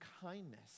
kindness